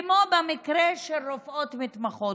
כמו במקרה של רופאות מתמחות.